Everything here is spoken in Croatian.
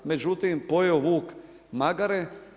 Međutim, pojeo vuk magare.